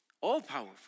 all-powerful